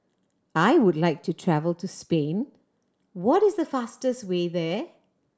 I would like to travel to Spain what is the fastest way there